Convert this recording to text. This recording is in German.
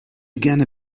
gerne